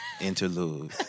interlude